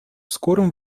скором